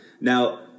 Now